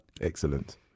Excellent